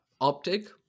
Optic